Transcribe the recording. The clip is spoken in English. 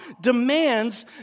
demands